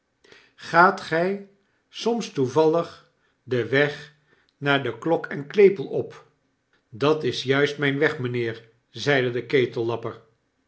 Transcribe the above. zelven gaatgy soms toevallig den weg naar de klok en klepel op dat is juist myn weg mynheer zeide de ketellapper